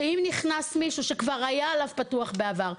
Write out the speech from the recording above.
שאם נכנס מישהו שכבר היה עליו פתוח בעבר,